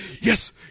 yes